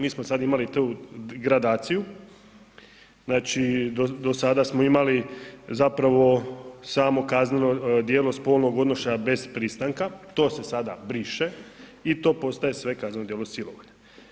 Mi smo sad imali tu gradaciju, znači dosada smo imali zapravo samo kazneno djelo spolnog odnošaja bez pristanka to se sada briše i to sada postaje sve kazneno djelo silovanja.